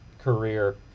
career